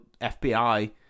fbi